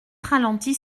ralentit